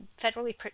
federally